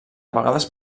vegades